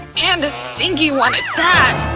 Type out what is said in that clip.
and a stinky one at that.